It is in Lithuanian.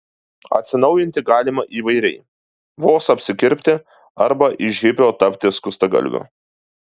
atsinaujinti galima įvairiai vos apsikirpti arba iš hipio tapti skustagalviu